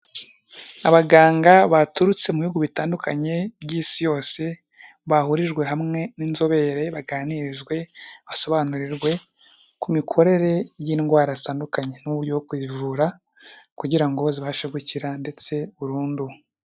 Abaganga baturutse mu bihugu bitandukanye by'Isi yose bahurijwe hamwe n'inzobere baganirizwe basobanurirwe ku mikorere y'indwara zitandukanye n'uburyo bwo kuzivura kugira ngo zibashe gukira ndetse burundu.